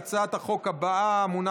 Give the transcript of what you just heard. אני קובע שגם הצעת החוק של חבר הכנסת אבי מעוז